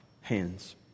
hands